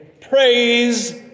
Praise